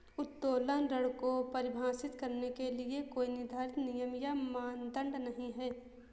उत्तोलन ऋण को परिभाषित करने के लिए कोई निर्धारित नियम या मानदंड नहीं है